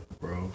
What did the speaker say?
bro